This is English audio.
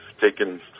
taken